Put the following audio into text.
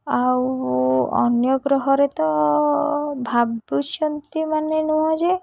ଆଉ ଅନ୍ୟ ଗ୍ରହରେ ତ ଭାବୁଛନ୍ତି ମାନେ ନୁହଁ ଯେ